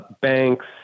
banks